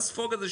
ספוג את זה,